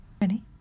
Ready